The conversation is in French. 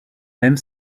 même